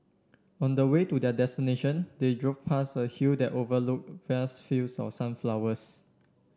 on the way to their destination they drove past a hill that overlook vast fields of sunflowers